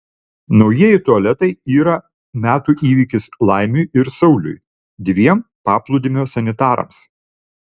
naujieji tualetai yra metų įvykis laimiui ir sauliui dviem paplūdimio sanitarams